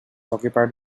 occupied